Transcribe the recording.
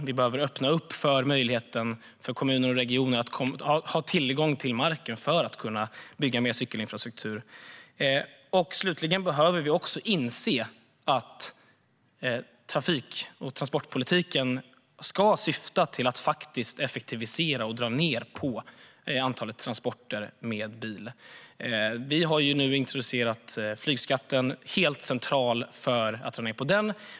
Vi behöver öppna för möjligheten för kommuner och regioner att ha tillgång till marken för att kunna bygga mer cykelinfrastruktur. Vi behöver också inse att trafik och transportpolitiken ska syfta till att effektivisera och dra ned på antalet transporter med bil. Vi har nu introducerat flygskatten, som är helt central för att dra ned på flygandet.